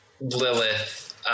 Lilith